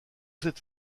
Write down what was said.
cette